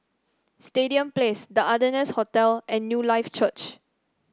Stadium Place The Ardennes Hotel and Newlife Church